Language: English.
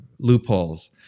loopholes